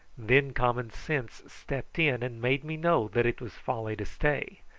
then common sense stepped in and made me know that it was folly to stay,